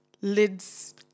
Lids